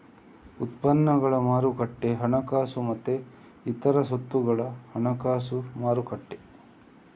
ಉತ್ಪನ್ನಗಳ ಮಾರುಕಟ್ಟೆ ಹಣಕಾಸು ಮತ್ತೆ ಇತರ ಸ್ವತ್ತುಗಳ ಹಣಕಾಸು ಮಾರುಕಟ್ಟೆ